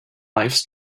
lives